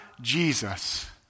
Jesus